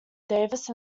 davis